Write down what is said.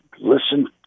listen